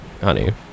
Honey